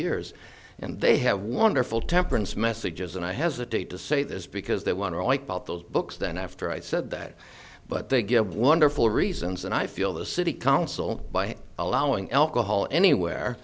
years and they have wonderful temperance messages and i hesitate to say this because they want to wipe out those books than after i said that but they give wonderful reasons and i feel the city council by allowing alcohol anywhere